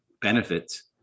benefits